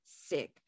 sick